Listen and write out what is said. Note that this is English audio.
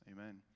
amen